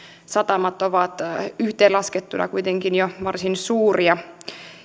satamat ovat yhteen laskettuina kuitenkin jo varsin suuria